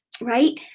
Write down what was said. right